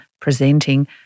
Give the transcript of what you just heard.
presenting